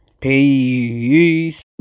Peace